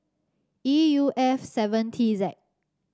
E U F seven T Z